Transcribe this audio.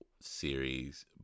series